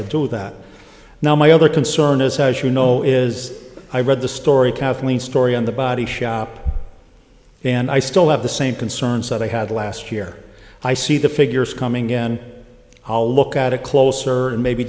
to do that now my other concern is as you know is i read the story kathleen story on the body shop and i still have the same concerns that i had last year i see the figures coming in i'll look at it closer and maybe